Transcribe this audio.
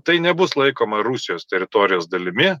tai nebus laikoma rusijos teritorijos dalimi